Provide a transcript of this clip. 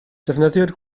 defnyddiwyd